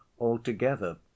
altogether